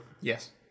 Yes